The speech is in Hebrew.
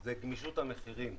זה גמישות המחירים.